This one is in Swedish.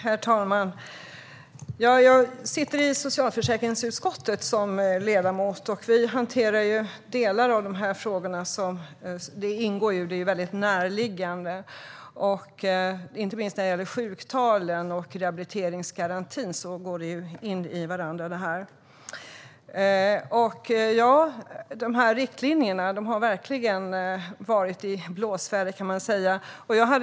Herr talman! Jag är ledamot i socialförsäkringsutskottet, och vi hanterar delar av dessa frågor. De är väldigt närliggande vårt arbete. Inte minst sjuktalen och rehabiliteringsgarantin ingår i detta. Riktlinjerna har verkligen varit i blåsväder.